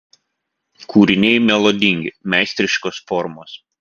kūriniai melodingi meistriškos formos